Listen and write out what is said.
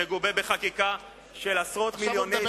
מגובה בחקיקה של עשרות מיליוני שקלים.